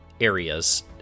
areas